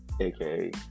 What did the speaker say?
aka